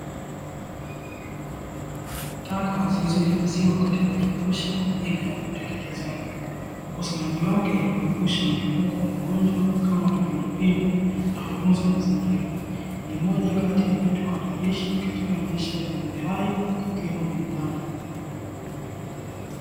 Taka zilizohifadhiwa katika vifurushi kwa ajili ya uteketezaji. Ukusanyaji wake huepusha mliopuko wa magonjwa kama kipindupindu na hutunza mazingira. Ni moja kati ya vitu hatarishi katika maisha ya viumbe hai, ikiwemo binadamu.